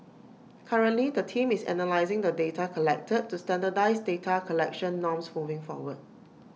currently the team is analysing the data collected to standardise data collection norms moving forward